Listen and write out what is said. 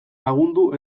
lagundu